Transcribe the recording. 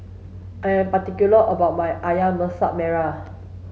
I am particular about my Ayam Masak Merah